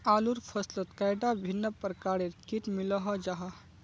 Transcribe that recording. आलूर फसलोत कैडा भिन्न प्रकारेर किट मिलोहो जाहा?